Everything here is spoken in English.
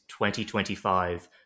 2025